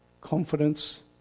confidence